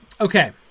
Okay